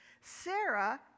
Sarah